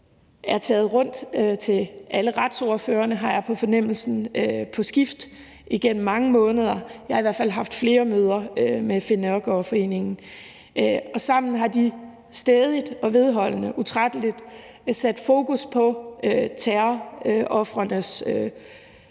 er taget rundt til alle retsordførerne, har jeg på fornemmelsen, på skift igennem mange måneder. Jeg har i hvert fald haft flere møder med Finn Nørgaard Foreningen. Sammen har de stædigt, vedholdende og utrætteligt sat fokus på, hvad kan man sige,